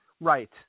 Right